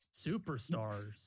Superstars